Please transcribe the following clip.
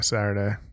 Saturday